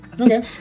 Okay